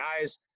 guys